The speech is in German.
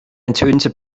ertönte